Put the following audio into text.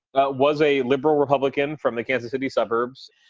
but was a liberal republican from the kansas city suburbs,